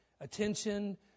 attention